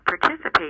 participate